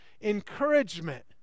encouragement